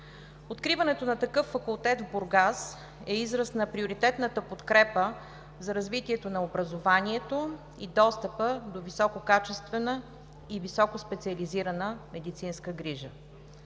Откриването на такъв факултет в Бургас е израз на приоритетната подкрепа за развитието на образованието и достъпа до висококачествена и високоспециализирана медицинска грижа.